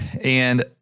And-